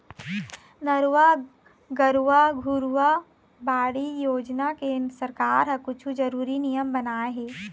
नरूवा, गरूवा, घुरूवा, बाड़ी योजना के सरकार ह कुछु जरुरी नियम बनाए हे